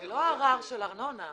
זה לא ערר על ארנונה.